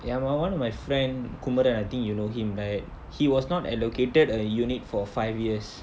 ya my one of my friend kumaran I think you know him right he was not allocated a unit for five years